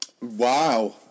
Wow